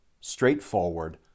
straightforward